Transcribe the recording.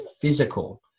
physical